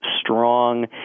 Strong